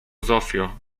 zofio